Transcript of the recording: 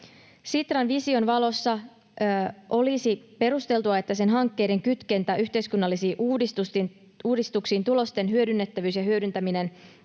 Sitran vision valossa olisi perusteltua, että sen hankkeiden kytkentä yhteiskunnallisiin uudistuksiin, tulosten hyödynnettävyys ja hyödyntäminen